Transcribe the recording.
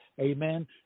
Amen